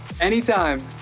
Anytime